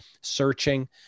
searching